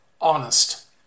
honest